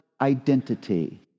identity